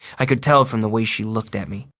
i could tell from the way she looked at me.